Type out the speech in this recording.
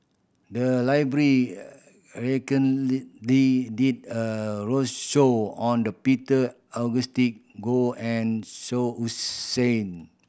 the library did a roadshow on the Peter Augustine Goh and Shah Hussain